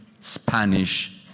Spanish